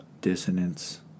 dissonance